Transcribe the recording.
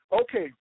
Okay